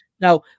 now